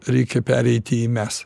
reikia pereiti į mes